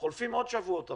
חולפים עוד שבועות ארוכים.